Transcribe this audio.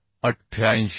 तर 88